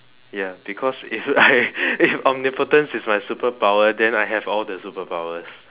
ya because if I if omnipotence is my superpower then I have all the superpowers